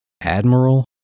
Admiral